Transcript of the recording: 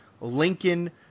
Lincoln